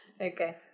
Okay